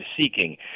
seeking